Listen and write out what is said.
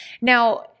Now